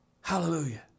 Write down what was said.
Hallelujah